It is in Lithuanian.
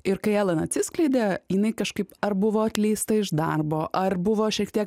ir kai elan atsiskleidė jinai kažkaip ar buvo atleista iš darbo ar buvo šiek tiek